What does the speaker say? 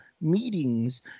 meetings